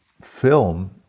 film